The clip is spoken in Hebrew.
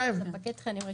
ספקי תכנים רשומים.